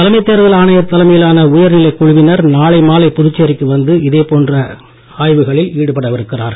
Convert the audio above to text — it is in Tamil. தலைமை தேர்தல் ஆணையர் தலைமையிலான இந்த உயர் நிலைக் குழுவினர் நாளை மாலை புதுச்சேரிக்கு வந்து இதேபோன்ற ஆய்வுகளில் ஈடுபட உள்ளனர்